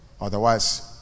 Otherwise